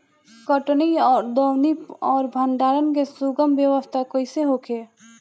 कटनी और दौनी और भंडारण के सुगम व्यवस्था कईसे होखे?